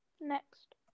Next